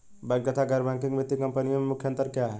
Bank तथा गैर banking वित्तीय कंपनियों में मुख्य अंतर क्या है?